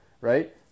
right